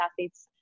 athletes